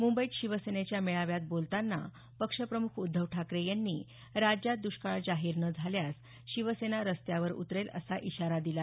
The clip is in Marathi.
मुंबईत शिवसेनेच्या मेळाव्या बोलतांना पक्ष प्रमुख उद्धव ठाकरे यांनी राज्यात द्ष्काळ जाहीर न झाल्यास शिवसेना रस्त्यावर तरले असा इशारा दिला